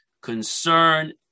concern